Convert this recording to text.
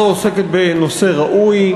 הצעת החוק הזו עוסקת בנושא ראוי,